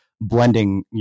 blending